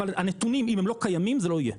אבל הנתונים, אם הם לא קיימים זה לא יהיה.